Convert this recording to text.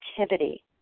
activity